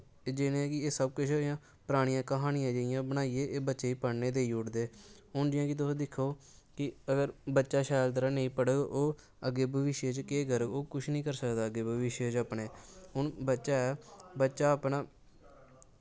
जियां कि एह् सब किश इ'यां परनियां क्हानियां जेहियां बनाइयै एह् बच्चे पढ़ने देई ओड़दे हून जि'यां कि तुस दिक्खो कि अगर बच्चा शैल तरह नेंई पढ़ग ओह् अग्गें भविक्ख च केह् करग ओह् किश नी करी सकदा अग्गें भविक्ख च अपने हून बच्चा ऐ बच्चा अपना